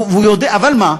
אבל מה?